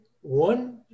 one